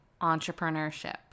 Entrepreneurship